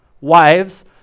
Wives